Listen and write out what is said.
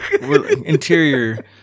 Interior